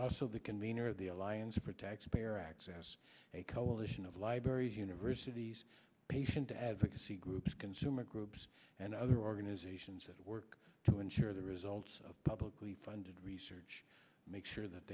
also the convenor of the alliance to protect their access a coalition of libraries universities patient advocacy groups consumer groups and other organizations that work to ensure the results of publicly funded research make sure that